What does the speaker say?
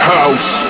House